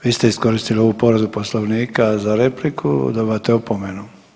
Vi ste iskoristili ovu povredu Poslovnika za repliku, dobivate opomenu.